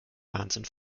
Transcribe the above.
wahnsinn